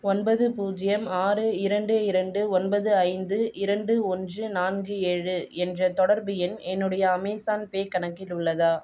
ஒன்பது பூஜ்ஜியம் ஆறு இரண்டு இரண்டு ஒன்பது ஐந்து இரண்டு ஒன்று நான்கு ஏழு என்ற தொடர்பு எண் என்னுடைய அமேஸான் பே கணக்கில் உள்ளதா